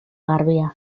garbia